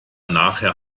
nachher